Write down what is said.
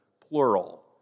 plural